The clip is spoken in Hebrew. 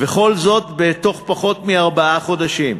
וכל זאת בתוך פחות מארבעה חודשים.